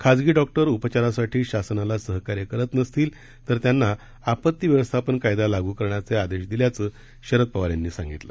खासगी डॉक्टर उपचारासाठी शासनाला सहकार्य करीत नसतील तर त्यांना आपती व्यवस्थापन कायदा लागू करण्याचे आदेश दिल्याचे शरद पवार यांनी सांगितलं